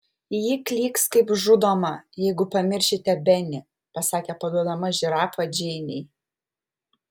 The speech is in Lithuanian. ji klyks kaip žudoma jeigu pamiršite benį pasakė paduodama žirafą džeinei